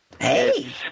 Hey